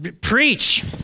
Preach